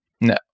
No